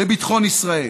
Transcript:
לביטחון ישראל.